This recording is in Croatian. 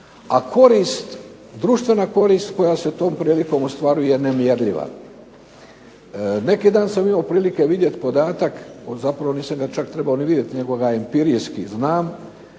a korist, društvena korist koja se tom prilikom ostvaruje je nemjerljiva. Neki dan sam imao prilike vidjeti podatak, zapravo nisam ga čak ni trebao vidjeti nego ga empirijski znam